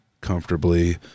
comfortably